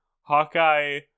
Hawkeye